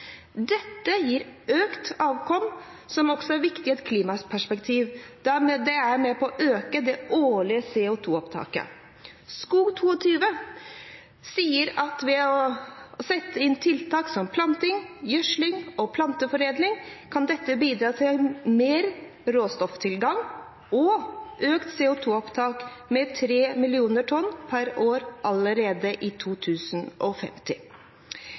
Dette gir økt avkom, som også er viktig i et klimaperspektiv, da det er med på å øke det årlige CO2-opptaket. SKOG22 sier at vi ved å sette inn tiltak som planting, gjødsling og planteforedling kan bidra til mer råstofftilgang og økt CO2-opptak med 3 millioner tonn per år allerede i 2050.